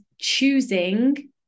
choosing